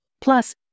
plus